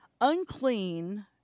Unclean